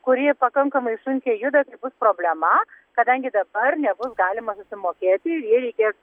kuri pakankamai sunkiai juda tai bus problema kadangi dabar nebus galima susimokėti ir jai reikės